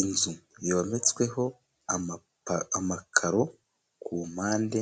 Imzu yometsweho amakaro ku mpande,